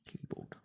Keyboard